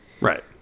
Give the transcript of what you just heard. right